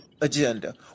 agenda